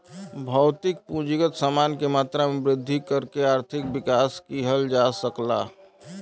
भौतिक पूंजीगत समान के मात्रा में वृद्धि करके आर्थिक विकास किहल जा सकला